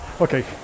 okay